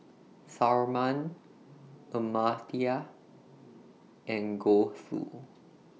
Tharman Amartya and Gouthu